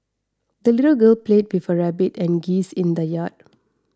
the little girl played with her rabbit and geese in the yard